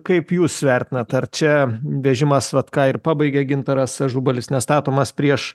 kaip jūs vertinat ar čia vežimas vat ką ir pabaigė gintaras ažubalis nestatomas prieš